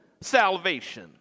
salvation